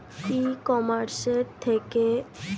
ই কমার্সের থেকে চাষের জিনিস কিনেছি পছন্দ হয়নি ফেরত দেব কী করে?